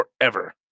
forever